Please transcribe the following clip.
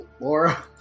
Laura